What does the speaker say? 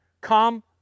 come